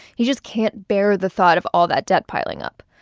he just can't bear the thought of all that debt piling up.